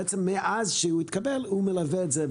בעצם מאז שהרעיון התקבל הוא מלווה את זה,